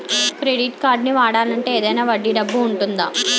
Credit కార్డ్ని వాడాలి అంటే ఏదైనా వడ్డీ డబ్బు ఉంటుందా?